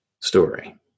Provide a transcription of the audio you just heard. story